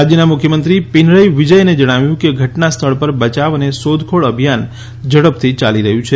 રાજ્યના મુખ્યમંત્રી પિનરઈ વિજયને જણાવ્યું કે ઘટના સ્થળ પર બચાવ અને શોધખોળ અભિયાન ઝડપથી યાલી રહ્યું છે